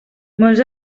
molts